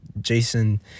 Jason